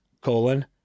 colon